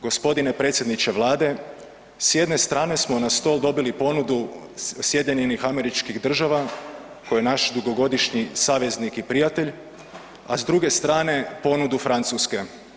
Gospodine predsjedniče Vlade s jedne strane smo na stol dobili ponudu SAD-a koja je naš dugogodišnji saveznik i prijatelj, a s druge strane ponudu Francuske.